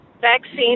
vaccine